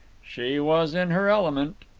she was in her element.